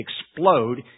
explode